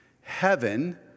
Heaven